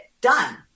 done